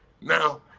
now